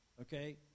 Okay